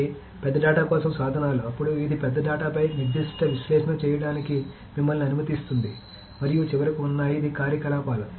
ఇవి పెద్ద డేటా కోసం సాధనాలు అప్పుడు ఇది పెద్ద డేటాపై నిర్దిష్ట విశ్లేషణ చేయడానికి మిమ్మల్ని అనుమతిస్తుంది మరియు చివరకు ఉన్నాయి ఇది కార్యకలాపాలు